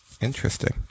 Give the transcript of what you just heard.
interesting